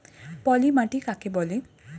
পলি মাটি কাকে বলে?